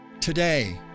Today